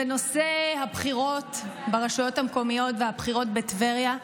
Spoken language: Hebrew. בנושא הבחירות ברשויות המקומיות והבחירות בטבריה,